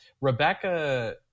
Rebecca